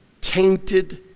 tainted